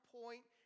point